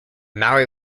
maori